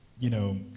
you know,